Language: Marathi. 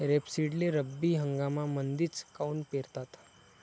रेपसीडले रब्बी हंगामामंदीच काऊन पेरतात?